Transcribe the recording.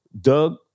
Doug